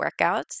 workouts